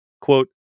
Quote